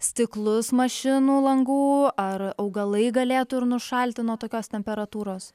stiklus mašinų langų ar augalai galėtų ir nušalti nuo tokios temperatūros